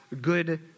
good